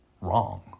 wrong